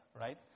right